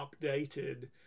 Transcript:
updated